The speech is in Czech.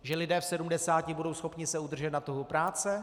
Že lidé v 70 budou schopni se udržet na trhu práce?